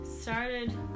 started